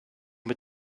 mit